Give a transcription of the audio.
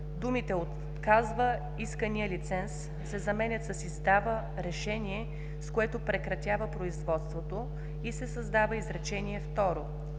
думите „отказва искания лиценз“ се заменят с „издава решение, с което прекратява производството“ и се създава изречение второ: